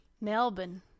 Melbourne